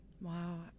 wow